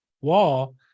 wall